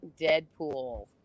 Deadpool